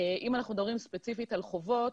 אם אנחנו מדברים ספציפית על חובות,